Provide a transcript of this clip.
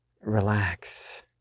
relax